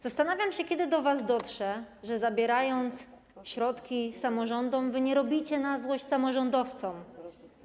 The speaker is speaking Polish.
Zastanawiam się, kiedy do was dotrze, że zabierając środki samorządom, nie robicie na złość samorządowcom.